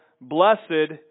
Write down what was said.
blessed